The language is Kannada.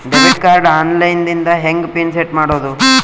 ಡೆಬಿಟ್ ಕಾರ್ಡ್ ಆನ್ ಲೈನ್ ದಿಂದ ಹೆಂಗ್ ಪಿನ್ ಸೆಟ್ ಮಾಡೋದು?